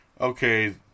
okay